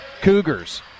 Cougars